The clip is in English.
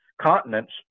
continents